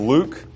Luke